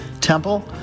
Temple